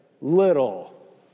little